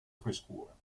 frescura